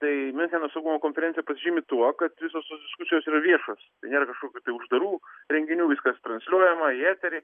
tai miuncheno saugumo konferencija pasižymi tuo kad visos tos diskusijos yra viešos nėra kažkokių tai uždarų renginių viskas transliuojama į eterį